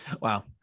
Wow